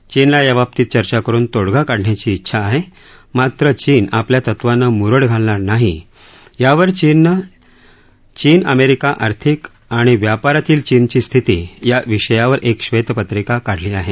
चीनला याबाबतीत चर्चा करुन तोडगा काढण्याची उंछा आहे मात्र चीन आपल्या तत्वांना मुरड घालणार नाही यावर चीननं चीन अमेरिका आर्थिक आणि व्यापारातील चीनची स्थिती या विषयावर एक बैतपत्रिका काढली आहे